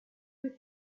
with